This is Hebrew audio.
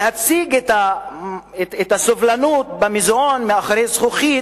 להציג את הסובלנות במוזיאון מאחורי זכוכית,